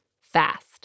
fast